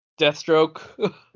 Deathstroke